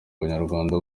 banyarwanda